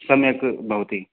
सम्यक् भवति